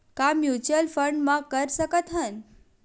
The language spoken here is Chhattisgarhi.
का म्यूच्यूअल फंड म कर सकत हन?